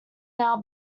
now